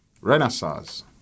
Renaissance